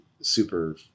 super